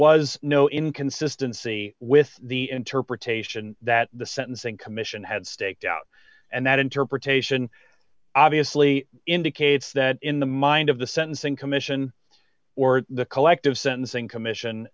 was no inconsistency with the interpretation that the sentencing commission had staked out and that interpretation obviously indicates that in the mind of the sentencing commission or the collective sentencing commission